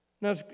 Now